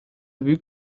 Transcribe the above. büyük